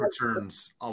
returns